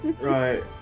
Right